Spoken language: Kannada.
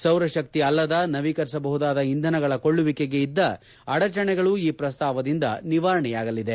ಸೌರಶಕ್ತಿ ಅಲ್ಲದ ನವೀಕರಿಸಬಹುದಾದ ಇಂಧನಗಳ ಕೊಳ್ಳುವಿಕೆಗೆ ಇದ್ದ ಅಡಚಣೆಗಳು ಈ ಪ್ರಸ್ತಾವದಿಂದ ನಿವಾರಣೆಯಾಗಲಿದೆ